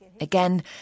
Again